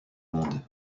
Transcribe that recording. monde